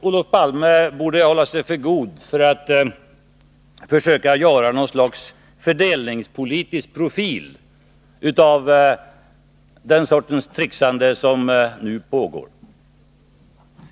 Olof Palme borde också hålla sig för god för att försöka göra något slags fördelningspolitisk profil av den sortens tricksande som nu pågår.